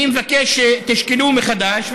אני מבקש שתשקלו מחדש,